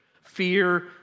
Fear